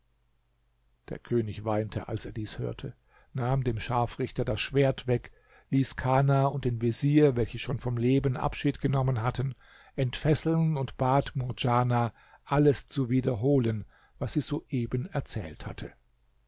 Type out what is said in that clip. der könig weinte als er dies hörte nahm dem scharfrichter das schwert weg ließ kana und den vezier welche schon vom leben abschied genommen hatten entfesseln und bat murdjana alles zu wiederholen was sie soeben erzählt hatte